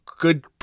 Good